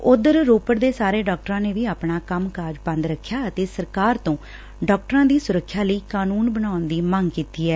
ਊਧਰ ਰੋਪੜ ਦੇ ਸਾਰੇ ਡਾਕਟਰਾ ਨੇ ਵੀ ਆਪਣਾ ਕੰਮਕਾਜ ਬੰਦ ਰੱਖਿਐ ਅਤੇ ਸਰਕਾਰ ਤੋ ਡਾਕਟਰਾ ਦੀ ਸੁਰੱਖਿਆ ਲਈ ਕਾਨੂੰਨ ਬਣਾਉਣ ਦੀ ਮੰਗ ਕੀਤੀ ਐ